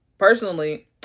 Personally